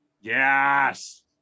Yes